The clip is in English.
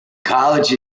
college